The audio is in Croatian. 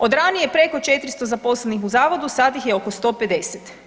Od ranije preko 400 zaposlenih u Zavodu, sad ih je oko 150.